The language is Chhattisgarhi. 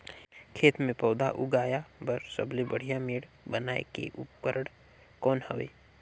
खेत मे पौधा उगाया बर सबले बढ़िया मेड़ बनाय के उपकरण कौन हवे?